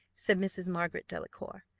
said mrs. margaret delacour.